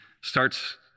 starts